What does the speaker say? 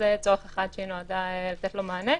זה צורך אחד שהיא נועדה לתת לו מענה.